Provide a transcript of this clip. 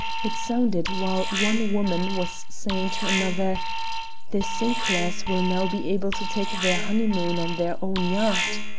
it sounded while one woman was saying to another the sinclairs will now be able to take their honeymoon on their own yacht.